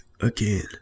again